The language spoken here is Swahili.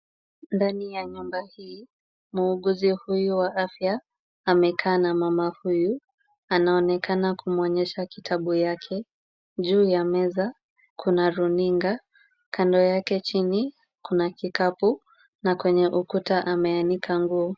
Ndani ya nyumba hii, muuguzi huyu wa afya amekaa na mama huyu. Anaonekana kumwonyesha kitabu yake juu ya meza kuna runinga. Kando yake chini kuna kikapu na kwenye ukuta ameanika nguo.